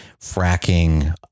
fracking